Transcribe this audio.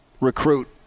recruit